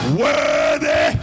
worthy